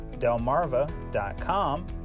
Delmarva.com